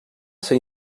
ser